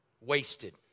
wasted